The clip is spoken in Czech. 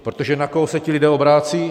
Protože na koho se ti lidé obracejí?